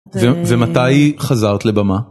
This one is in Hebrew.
ומתי חזרת לבמה?